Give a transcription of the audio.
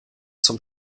zum